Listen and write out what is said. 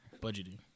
budgeting